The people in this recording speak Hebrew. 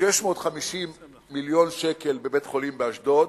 650 מיליון שקל בבית-חולים באשדוד,